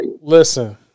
Listen